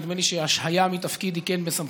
נדמה לי שהשעיה מתפקיד היא כן בסמכותך.